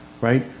Right